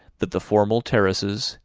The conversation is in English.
that the formal terraces,